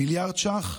מיליארד ש"ח